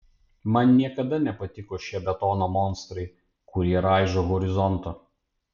man niekada nepatiko šie betono monstrai kurie raižo horizontą